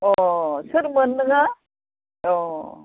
अह सोरमोन नोङो अह